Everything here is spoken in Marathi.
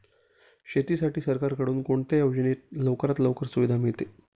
शेतीसाठी सरकारकडून कोणत्या योजनेत लवकरात लवकर सुविधा मिळते?